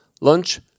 lunch